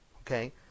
Okay